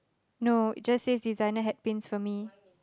no it just says designer hat pins for me